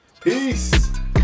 Peace